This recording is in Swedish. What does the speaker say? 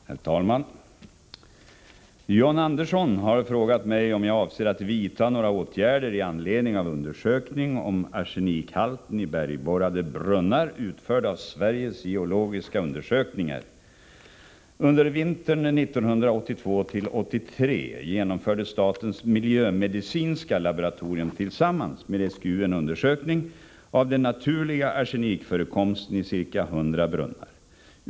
Herr talman! John Andersson har frågat mig om jag avser att vidta några åtgärder i anledning av en undersökning om arsenikhalten i bergborrade brunnar utförd av Sveriges geologiska undersökning . Under vintern 1982-1983 genomförde statens miljömedicinska laboratorium tillsammans med SGU en undersökning av den naturliga arsenikförekomsten i ca 100 brunnar.